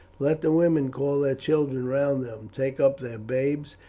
let the women call their children round them, take up their babes,